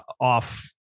off